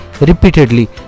repeatedly